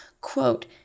quote